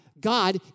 God